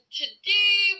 today